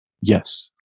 Yes